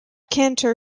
cantor